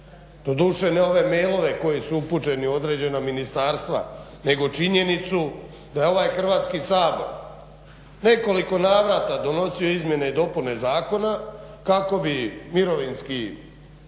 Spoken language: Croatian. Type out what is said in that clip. doduše ne ove e-mailove koji su upućeni u određena ministarstva, nego činjenicu da je ovaj Hrvatski sabor u nekoliko navrata donosio izmjene i dopune zakona kako bi Mirovinski zavod